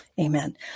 Amen